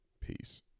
Peace